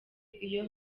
iyo